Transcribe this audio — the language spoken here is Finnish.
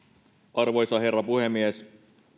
arvoisa herra puhemies